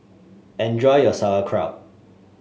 enjoy your Sauerkraut